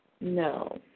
No